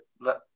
let